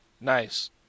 Nice